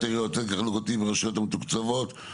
העיריות (צדק חלוקתי ברשויות המתוקצבות),